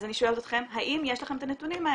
אז אני שואלת אתכם, האם יש לכם את הנתונים האלה?